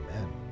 Amen